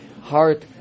heart